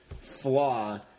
flaw